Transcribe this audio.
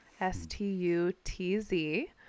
S-T-U-T-Z